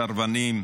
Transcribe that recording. סרבנים,